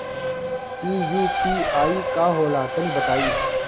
इ यू.पी.आई का होला तनि बताईं?